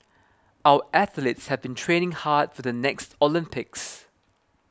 our athletes have been training hard for the next Olympics